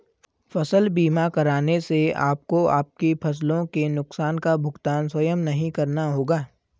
फसल बीमा कराने से आपको आपकी फसलों के नुकसान का भुगतान स्वयं नहीं करना होगा